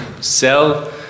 sell